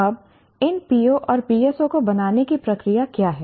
अब इन PO और PSO को बनाने की प्रक्रिया क्या है